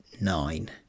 nine